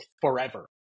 forever